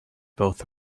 both